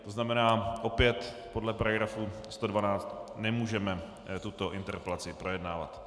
To znamená, opět podle § 112 nemůžeme tuto interpelaci projednávat.